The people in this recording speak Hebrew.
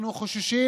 אנחנו חוששים,